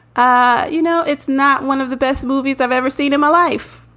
ah you know, it's not one of the best movies i've ever seen in my life.